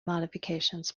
modifications